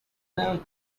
down